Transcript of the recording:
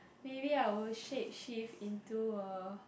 maybe I would shapeshift into a